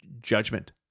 judgment